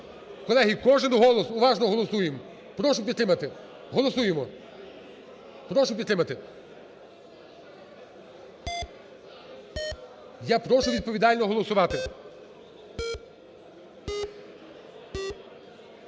Колеги, кожен голос… Уважно голосуємо. Прошу підтримати. Голосуємо. Прошу підтримати. Я прошу відповідально голосувати.